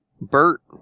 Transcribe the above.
Bert